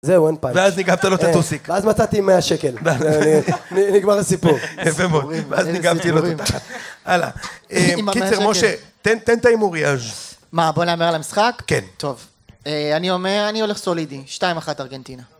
זהו אין פאנץ'. ואז ניגבת לו את הטוסיק. ואז מצאתי 100 שקל, נגמר הסיפור. יפה מאוד, ואז ניגבתי לו, הלאה. קיצר, משה, תן את ההימור אז. מה, בוא תהמר על המשחק? כן. טוב. אני אומר, אני הולך סולידי, 2-1 ארגנטינה.